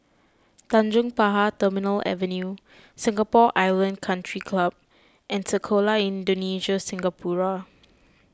Tanjong Pagar Terminal Avenue Singapore Island Country Club and Sekolah Indonesia Singapura